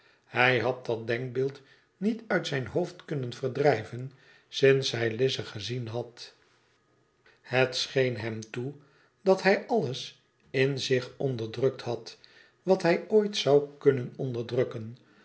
hij had dat denkbeeld niet uit zijn hoofd kunnen verdrijven sinds hij lize gezien had het scheen hem toe dat hij alles ia zich onderdrukt had wat hij ooit zou kunnen onderdrukken